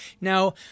Now